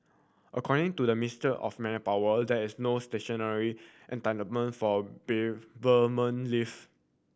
according to the Mister of Manpower there is no statutory entitlement for beer bereavement leave